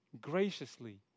graciously